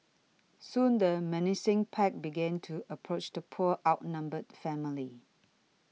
soon the menacing pack began to approach the poor outnumbered family